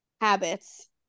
habits